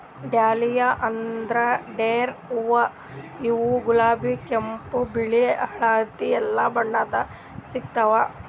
dahlia ಅಂದ್ರ ಡೇರೆ ಹೂವಾ ಇವ್ನು ಗುಲಾಬಿ ಕೆಂಪ್ ಬಿಳಿ ಹಳ್ದಿ ಎಲ್ಲಾ ಬಣ್ಣದಾಗ್ ಸಿಗ್ತಾವ್